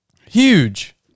huge